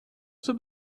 zur